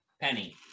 Penny